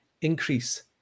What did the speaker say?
increase